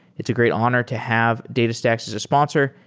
it's a great honor to have datastax as a sponsor,